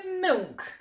milk